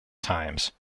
times